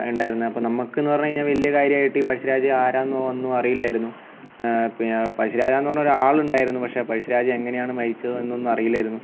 ഉണ്ടായിരുന്നത് അപ്പോൾ നമുക്കെന്നു പറഞ്ഞുകഴിഞ്ഞാൽ വലിയകാര്യമായിട്ട് ഈ പഴശ്ശിരാജ ആരാണെന്നോ ഒന്നും അറിയില്ലായിരുന്നു പഴശ്ശിരാജാന്ന് പറഞ്ഞൊരാൾ ഉണ്ടായിരുന്നു പക്ഷേ പഴശ്ശിരാജ എങ്ങനെയാണ് മരിച്ചത് എന്നൊന്നും അറിയില്ലായിരുന്നു